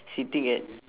sitting at